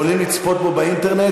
יכולים לצפות בו באינטרנט.